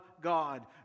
God